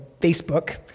Facebook